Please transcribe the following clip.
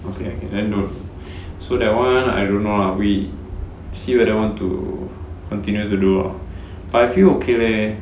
okay okay then don't so that [one] I don't know lah we see whether want to continue to do lor but I feel okay leh